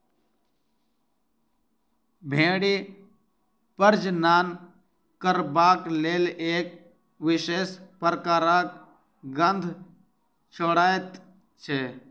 भेंड़ी प्रजनन करबाक लेल एक विशेष प्रकारक गंध छोड़ैत छै